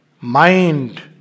Mind